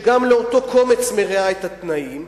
וגם לאותו קומץ מרעה את התנאים.